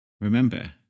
Remember